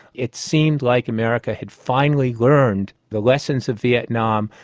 it seemed like america had finally learned the lessons of vietnam,